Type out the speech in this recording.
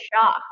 shocked